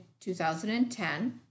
2010